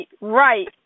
right